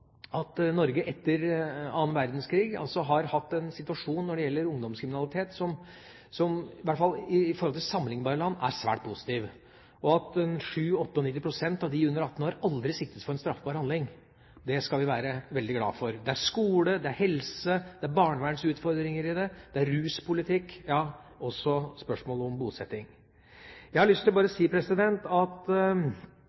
at Norge etter andre verdenskrig har hatt en situasjon når det gjelder ungdomskriminalitet, som i hvert fall i forhold til sammenliknbare land, er svært positiv. At 97–98 pst. av dem under 18 år aldri siktes for noe straffbart, skal vi være veldig glad for. Det er skole-, det er helse-, det er barnevernsutfordringer i det. Det er ruspolitikk, og også spørsmål om bosetting. Jeg har lyst til å